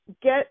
get